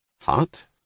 hot